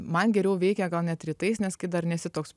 man geriau veikia gal net rytais nes kai dar nesi toks